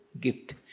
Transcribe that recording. gift